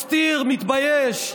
מסתיר, מתבייש.